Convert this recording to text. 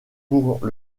pour